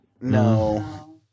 No